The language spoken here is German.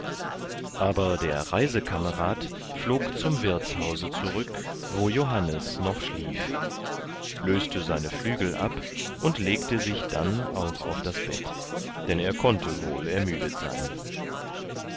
aber der reisekamerad flog zum wirtshause zurück wo johannes noch schlief löste seine flügel ab und legte sich dann auch auf das bett denn er konnte wohl ermüdet sein